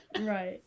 Right